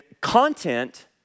content